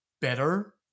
better